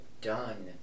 done